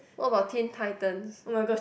what about Teen Titans